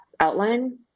outline